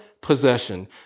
possession